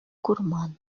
курман